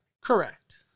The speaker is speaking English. Correct